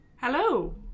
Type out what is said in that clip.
Hello